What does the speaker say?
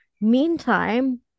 Meantime